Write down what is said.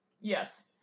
Yes